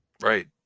right